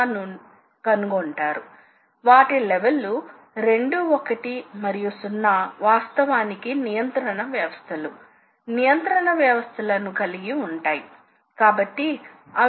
మరియు ఈ కదలికలు సహజంగా చాలా ఖచ్చితం గా ఉండాలి రెండవది అతి త్వరగాచేయుటకుమీకు తెలిసిన పరిమాణాల ద్వారా పారామితి చేయబడతాయి